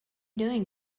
doing